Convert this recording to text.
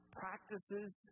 practices